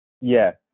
Yes